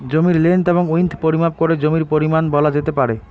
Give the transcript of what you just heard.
জমির লেন্থ এবং উইড্থ পরিমাপ করে জমির পরিমান বলা যেতে পারে